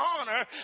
honor